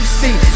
see